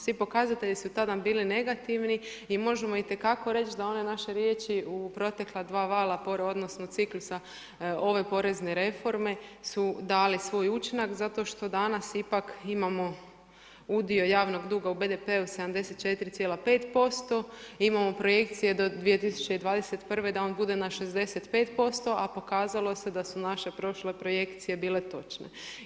Svi pokazatelji su tada nam bili negativni i možemo itekako reći, da one naše riječi u pretekla 2 vala, … ciklusa, ove porezne reforme, su dale svoj učinak, zato što danas ipak imamo udio javnog duga u BDP-u 74,5% i imamo projekcije do 2021. da on bude na 65% a pokazalo se da su naše prošle projekcije bile točne.